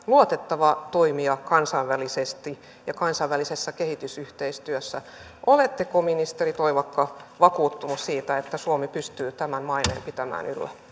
luotettava toimija kansainvälisesti ja kansainvälisessä kehitysyhteistyössä oletteko ministeri toivakka vakuuttunut siitä että suomi pystyy tämän maineen pitämään